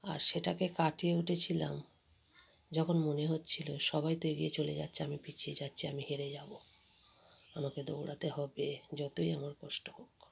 আর সেটাকে কাটিয়ে উঠেছিলাম যখন মনে হচ্ছিল সবাই তো এগিয়ে চলে যাচ্ছে আমি পিছিয়ে যাচ্ছি আমি হেরে যাব আমাকে দৌড়াতে হবে যতই আমার কষ্ট হোক